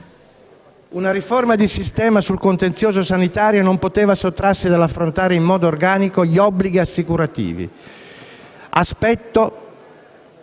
Una riforma di sistema sul contenzioso sanitario non poteva sottrarsi dall'affrontare in modo organico gli obblighi assicurativi,